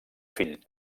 fill